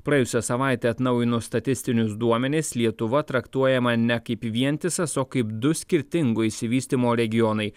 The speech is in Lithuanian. praėjusią savaitę atnaujinus statistinius duomenis lietuva traktuojama ne kaip vientisas o kaip du skirtingo išsivystymo regionai